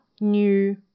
new